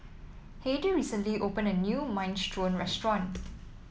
Heidy recently opened a new Minestrone restaurant